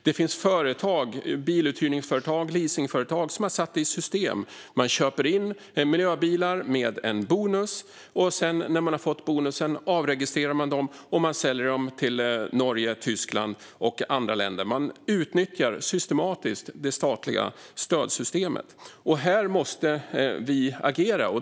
Det finns biluthyrningsföretag och leasingföretag som har satt i system att köpa in miljöbilar med en bonus, och när de har fått bonusen avregistrerar de bilarna och säljer dem till Norge, Tyskland och andra länder. Man utnyttjar systematiskt det statliga stödsystemet. Här måste vi agera.